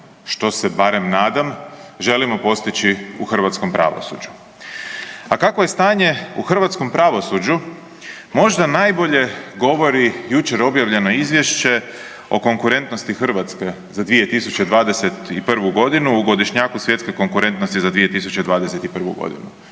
što se barem nadam, želimo postići u hrvatskom pravosuđu. A kakvo je stanje u hrvatskom pravosuđu možda najbolje govori jučer objavljeno izvješće o konkurentnosti Hrvatske za 2021.g. u Godišnjaku svjetske konkurentnosti za 2021.g..